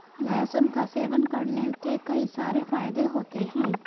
लहसुन का सेवन करने के कई सारे फायदे होते है